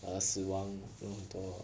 err 死亡 you know 很多